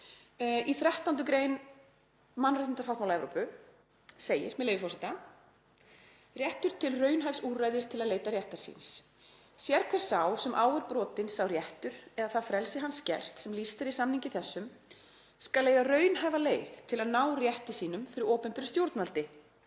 Í 13. gr. mannréttindasáttmála Evrópu segir, með leyfi forseta: „Réttur til raunhæfs úrræðis til að leita réttar síns. Sérhver sá sem á er brotinn sá réttur eða það frelsi hans skert, sem lýst er í samningi þessum, skal eiga raunhæfa leið til að ná rétti sínum fyrir opinberu stjórnvaldi,